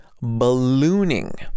ballooning